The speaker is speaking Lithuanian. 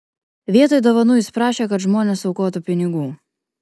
vietoj dovanų jis prašė kad žmonės aukotų pinigų